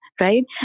Right